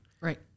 Right